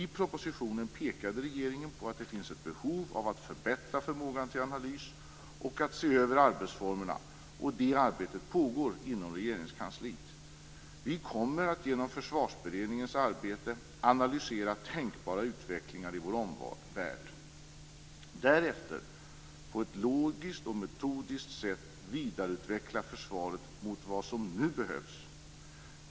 I propositionen pekade regeringen på att det finns ett behov av att förbättra förmågan till analys och se över arbetsformerna, och det arbetet pågår inom Regeringskansliet. Vi kommer att genom Försvarsberedningens arbete analysera tänkbara utvecklingar i vår omvärld och därefter på ett logiskt och metodiskt sätt vidareutveckla försvaret mot vad som nu behövs.